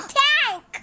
tank